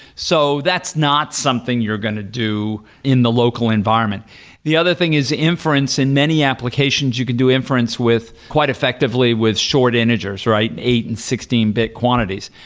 so that's not something you're going to do in the local environment the other thing is inference in many applications, you can do inference with quite effectively with short integers, right? eight and sixteen bit quantities,